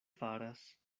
faras